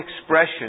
expression